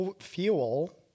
fuel